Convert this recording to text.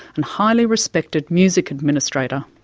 and highly respected music administrator.